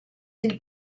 ils